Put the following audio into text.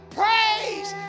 praise